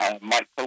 Mike